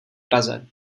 praze